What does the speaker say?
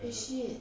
eh shit